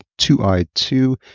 2i2